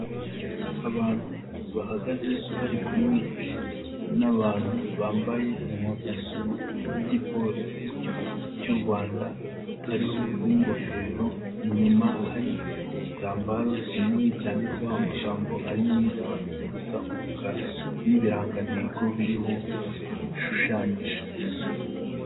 Abantu bahagaze bari kumwe n'abantu bambaye impuzankano y'igipolisi cy'u Rwanda, hariho n'igofero, inyuma ari igitambaro kinini cyanditseho amagambo ari mu ibara rijya gusa umukara n'ibirangantego biriho bishushanyije.